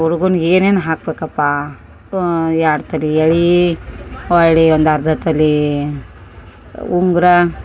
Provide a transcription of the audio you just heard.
ಹುಡ್ಗುನಿಗ್ ಏನೇನು ಹಾಕ್ಬೇಕಪ್ಪ ಎರಡು ತೊಲ ಎಳೆ ಹೊಳ್ಳಿ ಒಂದು ಅರ್ಧ ತೊಲೆ ಉಂಗುರ